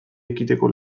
ekiteko